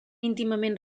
íntimament